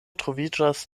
troviĝas